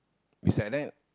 beside that